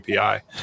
API